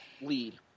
lead